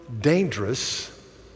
dangerous